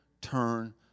turn